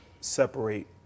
separate